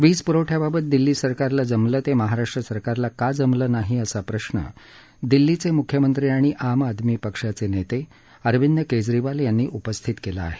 वीज पुरवठ्याबाबत दिल्ली सरकारला जमलं ते महाराष्ट्र सरकारला का जमलं नाही असा प्रश्न दिल्लीचे मुख्यमंत्री आणि आम आदमी पक्षाचे नेते अरविंद केजरीवाल यांनी उपस्थित केला आहे